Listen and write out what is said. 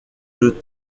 deux